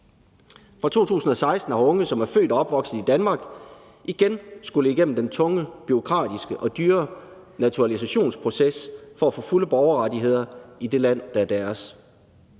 Fra 2016 har unge, som er født og opvokset Danmark, igen skullet igennem den tunge, bureaukratiske og dyre naturalisationsproces for at få fulde borgerrettigheder i det land, der er deres.